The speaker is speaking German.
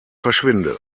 verschwinde